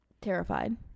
terrified